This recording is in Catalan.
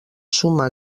suma